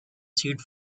seat